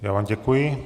Já vám děkuji.